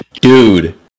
Dude